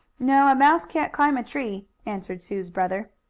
no, a mouse can't climb a tree, answered sue's brother.